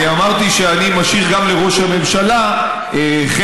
אני אמרתי שאני משאיר גם לראש הממשלה חלק,